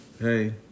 Hey